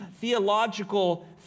theological